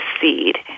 seed